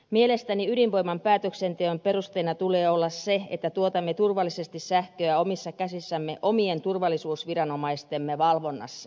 mielestäni ydinvoimapäätöksessä päätöksenteon perusteena tulee olla se että tuotamme turvallisesti sähköä omissa käsissämme omien turvallisuusviranomaistemme valvonnassa